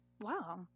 Wow